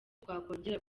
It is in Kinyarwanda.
twakongera